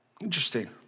Interesting